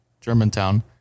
Germantown